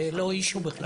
זה בכלל לא סיפור.